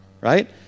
Right